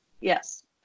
Yes